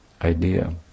idea